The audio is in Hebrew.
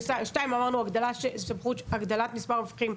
הגדלת מספר המפקחים,